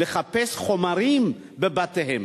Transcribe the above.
לחפש חומרים בבתיהם.